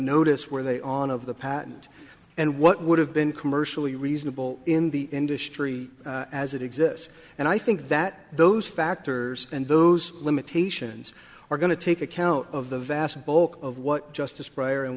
notice where they on of the patent and what would have been commercially reasonable in the industry as it exists and i think that those factors and those limitations are going to take account of the vast bulk of what justice breyer and